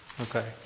Okay